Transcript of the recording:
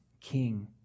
king